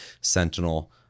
sentinel